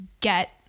get